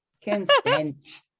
Consent